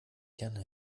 gerne